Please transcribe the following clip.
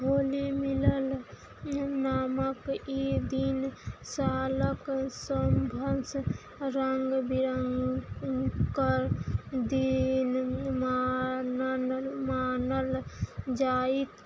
होली मिलन नामक ई दिन सालक सभसँ रङ्ग बिरङ्गके दिन मानल मानल जाइत